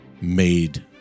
made